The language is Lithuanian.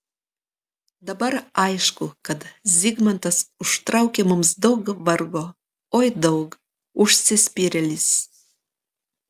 dabar aišku kad zigmantas užtraukė mums daug vargo oi daug užsispyrėlis